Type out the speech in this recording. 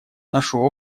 нашу